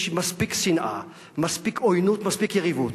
יש מספיק שנאה, מספיק עוינות ומספיק יריבות.